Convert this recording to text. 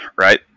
right